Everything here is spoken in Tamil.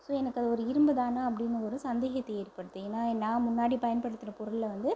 ஸோ எனக்கு அது ஒரு இரும்பு தானா அப்படின்னு ஒரு சந்தேகத்தை ஏற்படுத்தும் ஏன்னா நான் முன்னாடி பயன்படுத்துகிற பொருள்ல வந்து